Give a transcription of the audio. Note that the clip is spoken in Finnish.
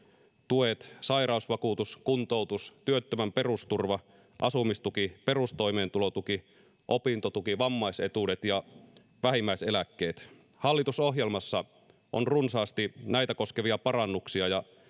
tuet sairausvakuutus kuntoutus työttömän perusturva asumistuki perustoimeentulotuki opintotuki vammaisetuudet ja vähimmäiseläkkeet hallitusohjelmassa on runsaasti näitä koskevia parannuksia ja